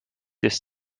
his